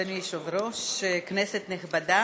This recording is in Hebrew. אדוני היושב-ראש, כנסת נכבדה,